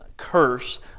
curse